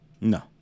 No